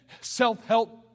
self-help